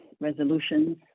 resolutions